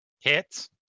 Hits